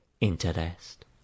interest